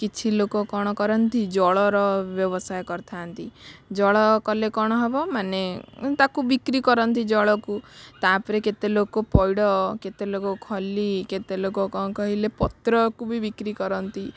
କିଛି ଲୋକ କ'ଣ କରନ୍ତି ଜଳର ବ୍ୟବସାୟ କରିଥାନ୍ତି ଜଳ କଲେ କ'ଣ ହବ ମାନେ ତାକୁ ବିକ୍ରୀ କରନ୍ତି ଜଳକୁ ତା'ପରେ କେତେ ଲୋକ ପଇଡ଼ କେତେ ଲୋକ ଖଲି କେତେ ଲୋକ କ'ଣ କହିଲେ ପତ୍ରକୁ ବି ବିକ୍ରୀ କରନ୍ତି